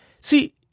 See